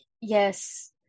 Yes